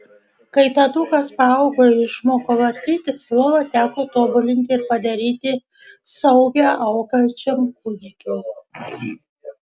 kai tadukas paaugo ir išmoko vartytis lovą teko tobulinti ir padaryti saugią augančiam kūdikiui